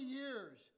years